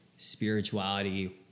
spirituality